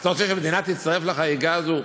אז אתה רוצה שהמדינה תצטרף לחגיגה הזו?